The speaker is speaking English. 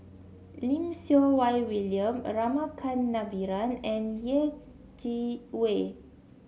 Lim Siew Wai William Rama Kannabiran and Yeh Chi Wei